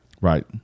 Right